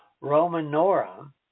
Romanorum